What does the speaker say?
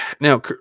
now